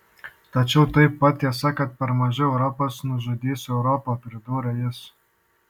tačiau taip pat tiesa kad per mažai europos nužudys europą pridūrė jis